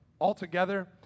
Altogether